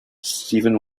stephen